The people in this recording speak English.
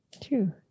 two